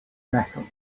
metal